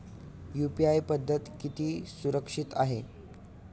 UPI पद्धत किती सुरक्षित आहे?